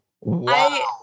Wow